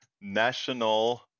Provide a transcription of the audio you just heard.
national